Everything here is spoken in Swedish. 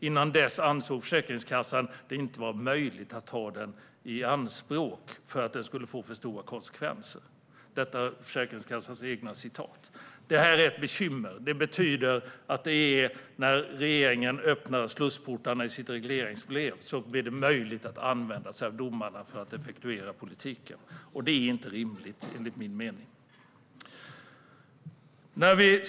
Innan dess ansåg Försäkringskassan att det inte var möjligt att ta den i anspråk, just för att den skulle få för stora konsekvenser. Detta är Försäkringskassans egna citat. Det här är ett bekymmer. Det betyder att när regeringen öppnar slussportarna i sitt regleringsbrev blir det möjligt att använda sig av domarna för att effektuera politiken. Det är inte rimligt, enligt min mening.